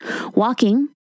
Walking